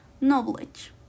Knowledge